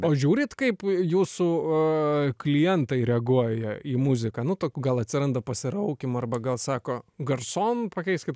o žiūrit kaip jūsų klientai reaguoja į muziką nu to gal atsiranda pasiraukimų arba gal sako garson pakeiskit